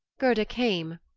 gerda came,